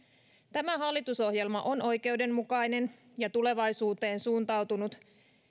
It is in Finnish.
tämä hallitusohjelma on oikeudenmukainen ja tulevaisuuteen suuntautunut